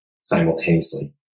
simultaneously